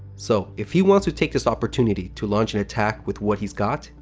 so, if he wants to take this opportunity to launch an attack with what he's got,